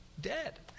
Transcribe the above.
dead